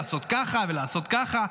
לעשות ככה ולעשות ככה.